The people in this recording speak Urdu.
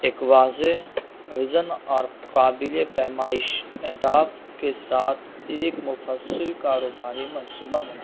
ایک واضح وژن اور قابل پیمائش اہداف کے ساتھ ایک مفصل کاروباری منصوبہ بن